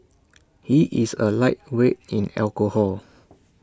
he is A lightweight in alcohol